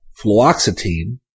fluoxetine